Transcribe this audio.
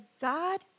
God